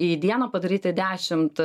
į dieną padaryti dešimt